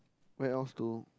where else though